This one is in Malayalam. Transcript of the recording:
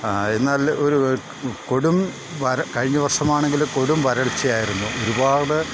എന്നാൽ ഒരു കൊടും വര കഴിഞ്ഞ വർഷമാണങ്കിൽ കൊടും വരൾച്ചയായിരുന്നു ഒരുപാട്